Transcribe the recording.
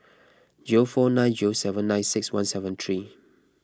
zero four nine zero seven nine six one seven three